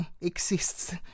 exists